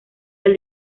del